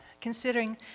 considering